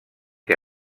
que